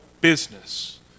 business